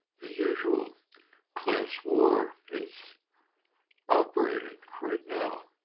the usual class war is operating right now